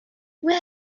where